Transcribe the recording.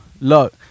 Look